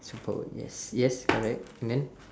superpower yes yes correct and then